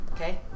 Okay